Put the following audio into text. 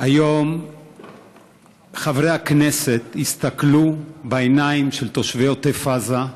היום חברי הכנסת הסתכלו בעיניים של תושבי עוטף עזה.